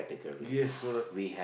yes correct